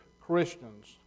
Christians